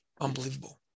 Unbelievable